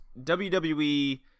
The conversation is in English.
WWE